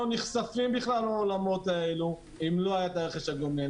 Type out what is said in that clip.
נחשפים בכלל לעולמות האלה לולא היה רכש הגומלין.